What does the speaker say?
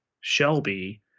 shelby